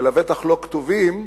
ולבטח לא כתובים,